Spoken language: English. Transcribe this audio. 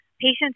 patients